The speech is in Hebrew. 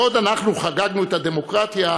בעוד אנחנו חגגנו את הדמוקרטיה,